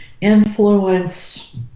influence